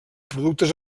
productes